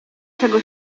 czego